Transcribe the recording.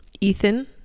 ethan